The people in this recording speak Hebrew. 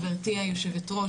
גברתי היושבת-ראש,